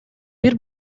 бир